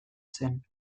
zen